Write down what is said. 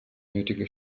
nötige